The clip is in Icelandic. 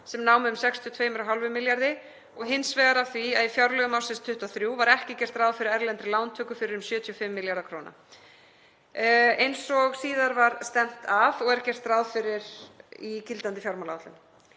sem námu um 62,5 milljörðum kr. og hins vegar af því að í fjárlögum ársins 2023 var ekki gert ráð fyrir erlendri lántöku fyrir um 75 milljarða kr. eins og síðar var stefnt að og er gert ráð fyrir í gildandi fjármálaáætlun.